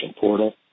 portal